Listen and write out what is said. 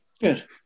good